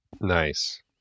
Nice